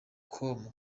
com